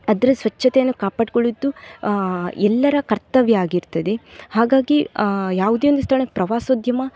ಅದರ ಸ್ವಚ್ಛತೆಯನ್ನು ಕಾಪಾಡ್ಕೊಳ್ಳೋದು ಎಲ್ಲರ ಕರ್ತವ್ಯ ಆಗಿರ್ತದೆ ಹಾಗಾಗಿ ಯಾವುದೇ ಒಂದು ಸ್ಥಳಕ್ಕೆ ಪ್ರವಾಸೋದ್ಯಮ